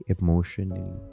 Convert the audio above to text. emotionally